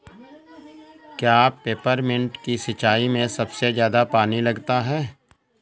क्या पेपरमिंट की सिंचाई में सबसे ज्यादा पानी लगता है?